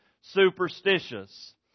superstitious